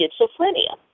schizophrenia